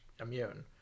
immune